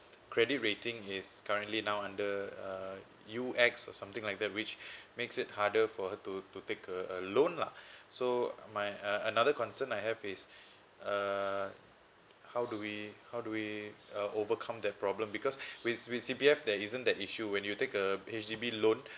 credit rating is currently now under uh U_X or something like that which makes it harder for her to to take a a loan lah so my uh another concern I have is uh how do we how do we uh overcome that problem because with with C_P_F there isn't that issue when you take a H_D_B loan